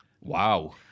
Wow